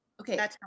okay